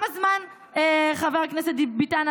חבר הכנסת ביטן,